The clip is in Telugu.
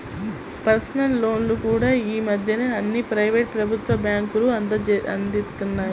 పర్సనల్ లోన్లు కూడా యీ మద్దెన అన్ని ప్రైవేటు, ప్రభుత్వ బ్యేంకులూ అందిత్తన్నాయి